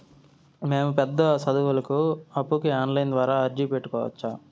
మేము పెద్ద సదువులకు అప్పుకి ఆన్లైన్ ద్వారా అర్జీ పెట్టుకోవచ్చా?